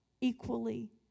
equally